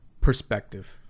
Perspective